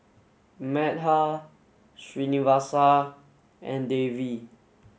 Medha Srinivasa and Devi